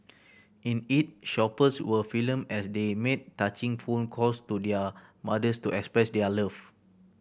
in it shoppers were filmed as they made touching phone calls to their mothers to express their love